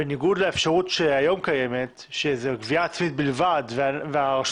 בניגוד לאפשרות שקיימת היום של גבייה עצמית בלבד והרשויות